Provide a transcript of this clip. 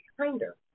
kinder